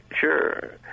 Sure